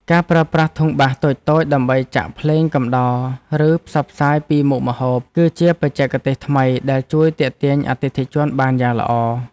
ការប្រើប្រាស់ធុងបាសតូចៗដើម្បីចាក់ភ្លេងកំដរឬផ្សព្វផ្សាយពីមុខម្ហូប គឺជាបច្ចេកទេសថ្មីដែលជួយទាក់ទាញអតិថិជនបានយ៉ាងល្អ។